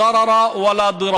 (אומר בערבית ומתרגם:)